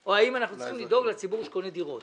או האם אנחנו צריכים לדאוג לציבור שקונה דירות.